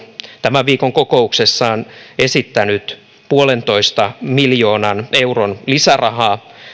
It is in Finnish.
tämän viikon kokouksessaan esittänyt yhden pilkku viiden miljoonan euron lisärahaa